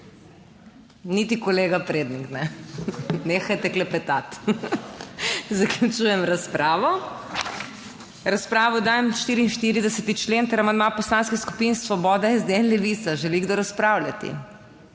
Niti kolega Prednik ne. Nehajte klepetati. / smeh/ Zaključujem razpravo. V razpravo dajem 44. člen ter amandma Poslanskih skupin Svoboda, SD in Levica. Želi kdo razpravljati?